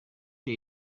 the